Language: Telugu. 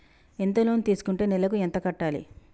ఎంత లోన్ తీసుకుంటే నెలకు ఎంత కట్టాలి?